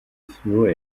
through